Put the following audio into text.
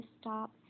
stop